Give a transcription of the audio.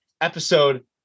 episode